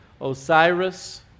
Osiris